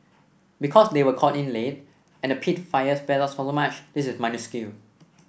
because they were called in late and the peat fire spread out so much this is minuscule